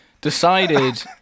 decided